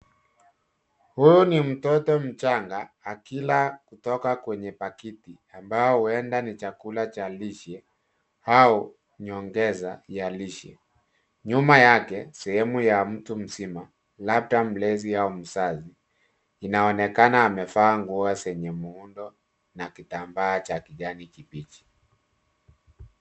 Huu ni mtoto mchanga akila kutoka kwenye pakiti ambapo huenda ni chakula cha lihhe an nyongeza ya lishe. Nyuma yake, sehemu ya mtu mzima labda mlezi au mzazi inaonekana amevaa nguo zenye muundo na kitambaa cha kijani kibichi.